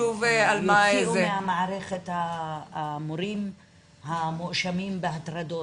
שיוציאו מהמערכת את המורים שמואשמים בהטרדות.